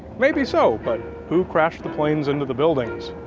maybe so, but who crashed the planes into the buildings?